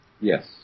Yes